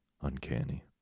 uncanny